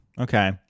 Okay